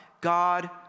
God